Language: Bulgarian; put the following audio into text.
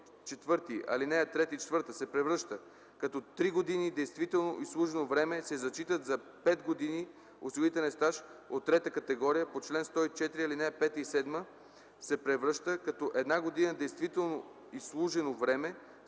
ал. 3 и 4 се превръща, като 3 години действително и заслужено време се зачитат за 5 години осигурителен стаж от трета категория, по чл. 104, ал. 5 и 7 се превръща, като една година действително изслужено време